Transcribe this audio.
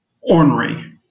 ornery